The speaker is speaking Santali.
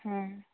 ᱦᱮᱸ